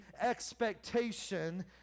expectation